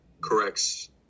corrects